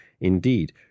indeed